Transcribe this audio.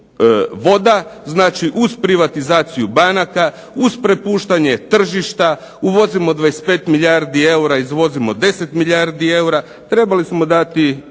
voda, znači uz privatizaciju banaka, uz prepuštanje tržišta, uvozimo 25 milijardi eura, izvozimo 10 milijardi eura. Trebali smo dati